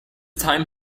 time